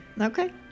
okay